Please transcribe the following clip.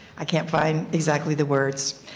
i cannot find exactly the words.